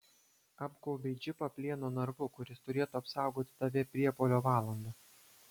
apgaubei džipą plieno narvu kuris turėtų apsaugoti tave priepuolio valandą